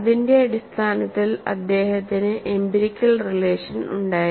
അതിന്റെ അടിസ്ഥാനത്തിൽ അദ്ദേഹത്തിന് എംപിരിക്കൽ റിലേഷൻ ഉണ്ടായിരുന്നു